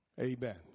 Amen